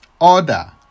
order